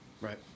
right